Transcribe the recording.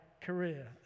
career